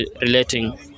relating